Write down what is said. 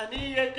ואני אהיה כאן.